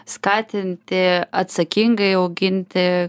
skatinti atsakingai auginti